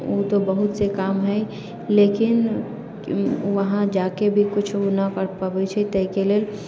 उ तऽ बहुतसँ काम है लेकिन वहाँ जाकऽ भी कुछौ नहि करि पबै छै ताहिके लेल